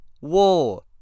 war